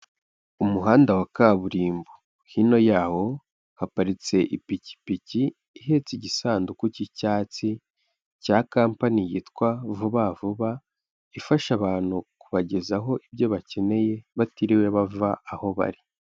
Umuhanda wa kaburimbo, hino yawo haparitse ipikipiki ihetse igisanduku cy'icyatsi cya kampani yitwa vuba vuba, ifasha abantu kubagezaho ibyo bakeneye batiriwe bava aho bari.